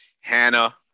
Hannah